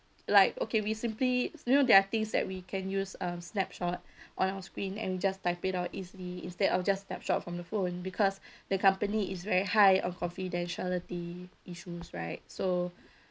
like okay we simply you know there are things that we can use um snapshot on our screen and just type it out easily instead of just snapshot from the phone because the company is very high of confidentiality issues right so